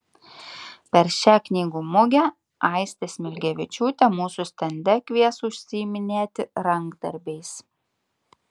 per šią knygų mugę aistė smilgevičiūtė mūsų stende kvies užsiiminėti rankdarbiais